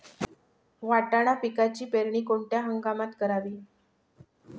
वाटाणा पिकाची पेरणी कोणत्या हंगामात करावी?